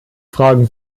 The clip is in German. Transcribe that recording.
fragen